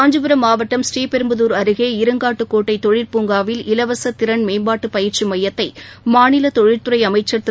காஞ்சிபுரம் மாவட்டம் ஸ்ரீபெரும்புதூர் அருகே இருங்காட்டுக்கோட்டைதொழிற்பூங்காவில் இலவசதிறன் மேம்பாட்டுபயிற்சிமையத்தைமாநிலதொழில் துறைஅமைச்ச் திரு